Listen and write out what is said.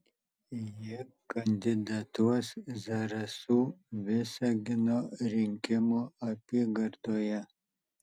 ji kandidatuos zarasų visagino rinkimų apygardoje